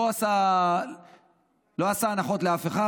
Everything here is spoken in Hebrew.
לא עשה הנחות לאף אחד,